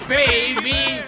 baby